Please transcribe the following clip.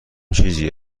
چیزی